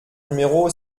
numéro